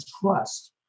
trust